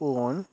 ᱯᱩᱱ